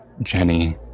Jenny